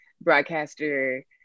broadcaster